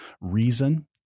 reason